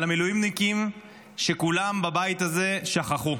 על המילואימניקים שכולם בבית הזה שכחו.